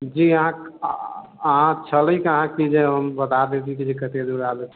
जी अहाँ अहाँ छलीह कहाँ कि जे अहाँके बतादेतिए कि कत्ते दूर आबै